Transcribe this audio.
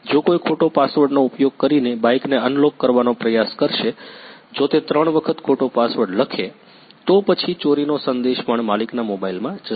જો કોઈ ખોટો પાસવર્ડનો ઉપયોગ કરીને બાઇકને અનલોક કરવાનો પ્રયાસ કરશે જો તે ત્રણ વખત ખોટો પાસવર્ડ લખે છે તો પછી ચોરીનો સંદેશ પણ માલિકના મોબાઈલમાં જશે